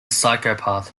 psychopath